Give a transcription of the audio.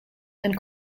and